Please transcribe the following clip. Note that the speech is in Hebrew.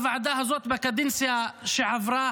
בקדנציה שעברה,